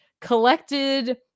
collected